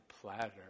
platter